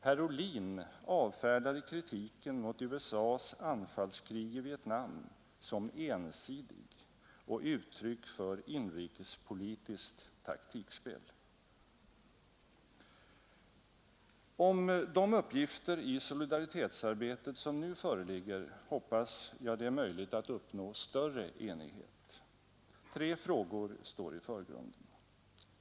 Herr Ohlin avfärdade kritiken mot USA:s anfallskrig i Vietnam som ensidig och uttryck för inrikespolitiskt taktikspel. Om de uppgifter i solidaritetsarbetet som nu föreligger hoppas jag det är möjligt att uppnå större enighet. Tre frågor står i förgrunden.